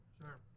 Sure